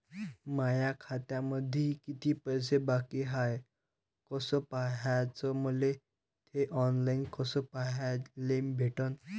माया खात्यामंधी किती पैसा बाकी हाय कस पाह्याच, मले थे ऑनलाईन कस पाह्याले भेटन?